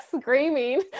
screaming